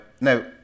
no